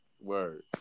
Word